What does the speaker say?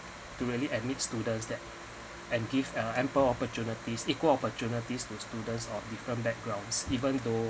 to really admit students that and give uh ample opportunities equal opportunities for students of different backgrounds even though